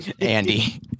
Andy